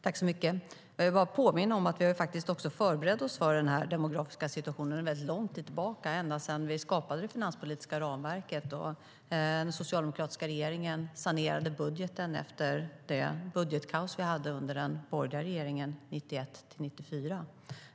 Fru talman! Jag vill påminna om att vi har förberett oss för den här demografiska situationen under lång tid tillbaka, ända sedan vi skapade det finanspolitiska ramverket och den socialdemokratiska regeringen sanerade budgeten efter det budgetkaos vi hade under den borgerliga regeringen 1991-1994.